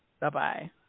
Bye-bye